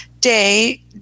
Day